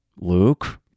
Luke